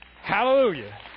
Hallelujah